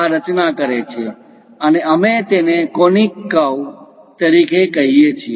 આ રચના કરે છે તેથી અમે તેમને કોનિક કર્વ શંકુ કર્વ તરીકે કહીએ છીએ